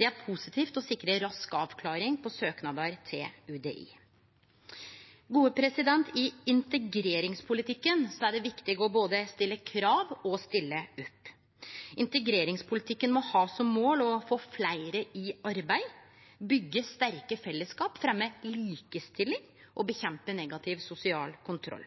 Det er positivt å sikre rask avklaring på søknader til UDI. I integreringspolitikken er det viktig både å stille krav og å stille opp. Integreringspolitikken må ha som mål å få fleire i arbeid, byggje sterke fellesskap, fremje likestilling og kjempe mot negativ sosial kontroll.